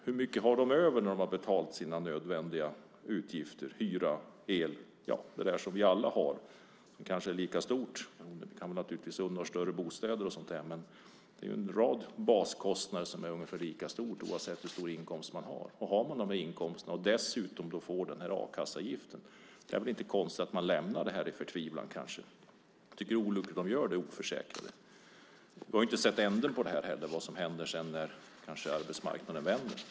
Hur mycket har de över när de har betalat sina nödvändiga utgifter som hyra och el och sådant som vi alla har ungefär lika mycket av. Vi kan naturligtvis unna oss större bostäder, men en rad baskostnader är ungefär lika stora oavsett hur hög inkomst man har. Har man de inkomsterna och dessutom får den här a-kasseavgiften är det inte konstigt att man lämnar a-kassan i förtvivlan. Jag tycker att det är olyckligt att de är oförsäkrade. Vi har inte sett slutet på detta och vad som händer när arbetsmarknaden vänder.